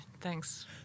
Thanks